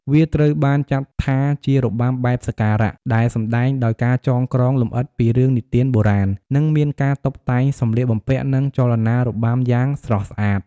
វាត្រូវបានចាត់ថាជារបាំបែបសក្ការៈ ដែលសម្តែងដោយការចងក្រងលំអិតពីរឿងនិទានបុរាណ និងមានការតុបតែងសម្លៀកបំពាក់ និងចលនារបាំយ៉ាងស្រស់ស្អាត។